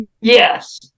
Yes